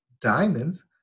diamonds